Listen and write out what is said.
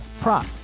prop